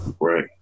right